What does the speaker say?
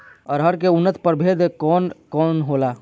अरहर के उन्नत प्रभेद कौन कौनहोला?